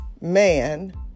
man